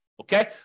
Okay